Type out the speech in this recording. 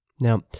Now